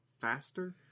faster